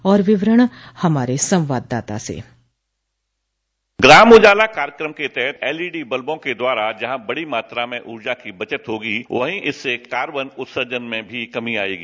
और विवरण हमारे संवाददाता से डिस्पैच ग्राम उजाला कार्यक्रम के तहत एलईडी बल्वों के द्वारा जहां बड़ी मात्रा में ऊर्जा की बचत होगी वहीं इससे कार्बन उत्सर्जन में भी कमी आएगी